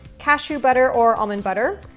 cashew butter or almond butter,